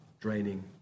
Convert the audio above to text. draining